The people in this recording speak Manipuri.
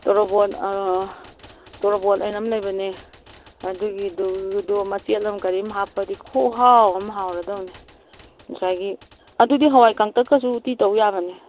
ꯇꯣꯔꯣꯕꯣꯠ ꯇꯣꯔꯣꯕꯣꯠꯑꯅ ꯑꯃ ꯂꯩꯕꯅꯦ ꯑꯗꯨꯒꯤꯗꯨ ꯑꯗꯣ ꯃꯆꯦꯠ ꯑꯃ ꯀꯔꯤꯑꯃ ꯍꯥꯞꯄꯗꯤ ꯈꯨꯍꯥꯎ ꯑꯃ ꯍꯥꯎꯔꯗꯧꯅꯦ ꯉꯁꯥꯏꯒꯤ ꯑꯗꯨꯗꯤ ꯍꯋꯥꯏ ꯀꯥꯡꯇꯛꯀꯁꯨ ꯎꯇꯤ ꯇꯧ ꯌꯥꯕꯅꯦ